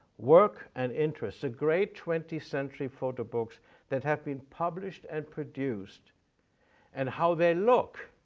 work, and interests the great twenty century photo books that have been published and produced and how they look,